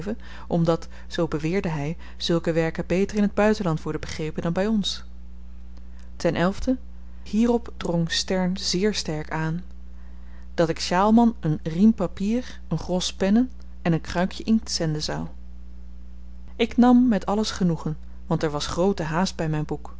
uitgeven omdat zoo beweerde hy zulke werken beter in t buitenland worden begrepen dan by ons tende hierop drong stern zeer sterk aan dat ik sjaalman een riem papier een gros pennen en een kruikjen inkt zenden zou ik nam met alles genoegen want er was groote haast by myn boek